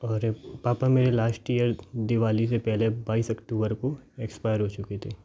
और पापा मेरे लाश्ट इयर दिवाली से पहले बाईस अक्टूबर को एक्सपायर हो चुके थे